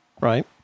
right